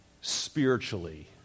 spiritually